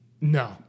no